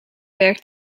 werkt